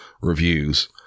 reviews